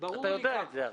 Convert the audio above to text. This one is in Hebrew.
אתה יודע את זה הרי.